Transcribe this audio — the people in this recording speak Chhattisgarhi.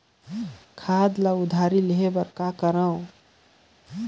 खाद ल उधारी लेहे बर कौन करव?